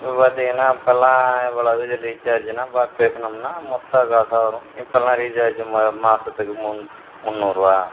இப்போது பார்த்தீங்கன்னா அப்போல்லாம் இவ்வளோ இதுக்கு ரீச்சார்ஜ் பாக் பேசுனோம்னா மொத்த காசாக வரும் இப்போல்லாம் ரீச்சார்ஜு மா மாதத்துக்கு முன் முந்நூறுபா